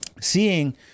seeing